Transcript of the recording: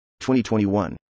2021